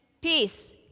Peace